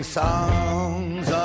songs